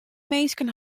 minsken